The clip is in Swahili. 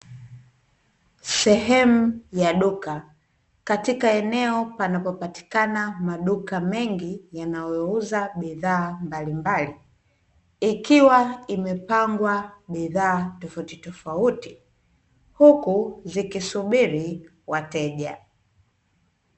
Sehemu ya duka, katika eneo panapopatikana maduka mengi yanayouza bidhaa mbalimbali. Ikiwa imepangwa bidhaa tofautitofauti, huku zikisubiri wateja.